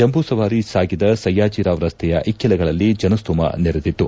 ಜಂಬೂಸವಾರಿ ಸಾಗಿದ ಸಯ್ಕಾಜಿರಾವ್ ರಸ್ತೆಯ ಇಕ್ಕೆಲಗಳಲ್ಲಿ ಜನಸ್ತೋಮ ನೆರೆದಿತ್ತು